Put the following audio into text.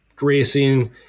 racing